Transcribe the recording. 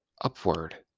upward